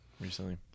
recently